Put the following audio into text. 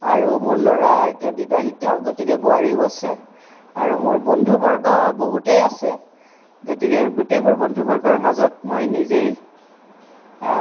আৰু মোৰ ল'ৰা এতিয়া বিবাহিত গতিকে বোৱাৰীও আছে আৰু মোৰ বন্ধুবৰ্গ বহুতেই আছে গতিকে গোটেইবোৰ বন্ধু বৰ্গৰ মাজত মই নিজে